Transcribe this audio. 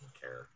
care